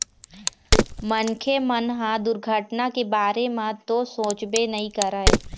मनखे मन ह दुरघटना के बारे म तो सोचबे नइ करय